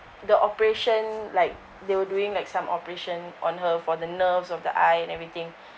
the operation like they were doing like some operation on her for the nerves of the eye and everything